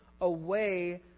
away